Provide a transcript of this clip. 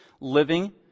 living